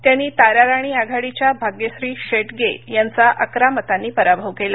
त्यांनी ताराराणी आघाडीच्या भाग्यश्री शेटगे यांचा अकरा मतांनी पराभव केला